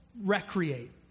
recreate